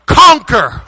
conquer